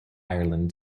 ireland